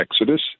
Exodus